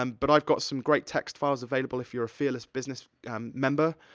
um but i've got some great text files available, if you're a fearless business member.